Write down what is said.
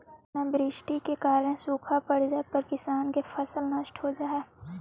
अनावृष्टि के कारण सूखा पड़ जाए पर किसान के फसल नष्ट हो जा हइ